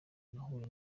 nahuye